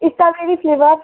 strawberry flavour